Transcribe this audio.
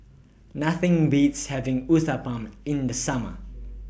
Nothing Beats having Uthapam in The Summer